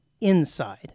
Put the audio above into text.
inside